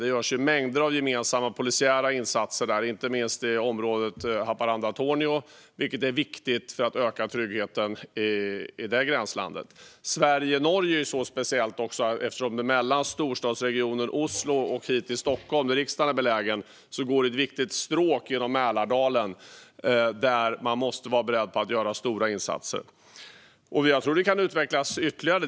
Det görs mängder av gemensamma polisiära insatser, inte minst i området runt Haparanda-Tornio, vilket är viktigt för att öka tryggheten i det gränslandet. Samarbetet mellan Sverige och Norge är också speciellt. Mellan storstadsregionerna Oslo och Stockholm, där riksdagen är belägen, går ett viktigt stråk genom Mälardalen där man måste vara beredd på att göra stora insatser. Jag tror att samarbetet kan utvecklas ytterligare.